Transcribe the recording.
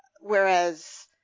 whereas